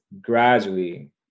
gradually